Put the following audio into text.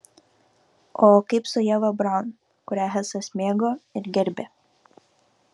o kaip su ieva braun kurią hesas mėgo ir gerbė